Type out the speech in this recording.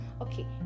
okay